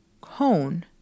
cone